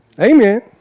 Amen